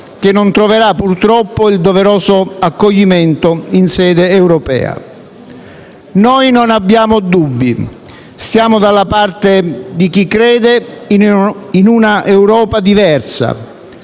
non troverà il doveroso accoglimento in sede europea. Noi non abbiamo dubbi: stiamo dalla parte di chi crede in un'Europa diversa,